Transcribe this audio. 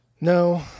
No